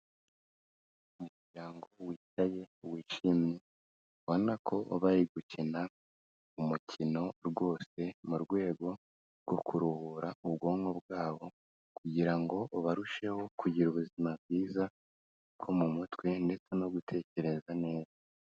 Umuryango wicaye wishimye, urabona ko bari ari gukina umukino rwose mu rwego rwo kuruhura ubwonko bwabo kugira ngo barusheho kugira ubuzima bwiza bwo mu mutwe ndetse no gutekereza neza.